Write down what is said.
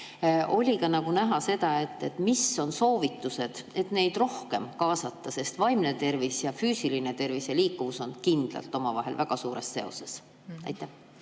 on ka näha, mis on soovitused, et neid rohkem kaasata? Sest vaimne tervis ja füüsiline tervis, liikuvus on kindlalt omavahel väga suures seoses.